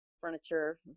furniture